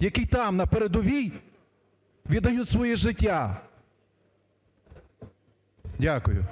які там, на передовій, віддають своє життя. Дякую.